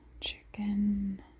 chicken